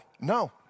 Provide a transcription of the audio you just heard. no